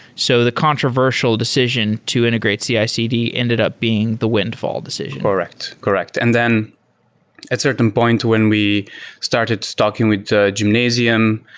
so the controversial decision to integrate cicd ended up being the windfall decision correct. correct. and then at certain points when we started talking with gymnasium,